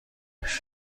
پیش